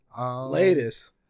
Latest